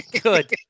Good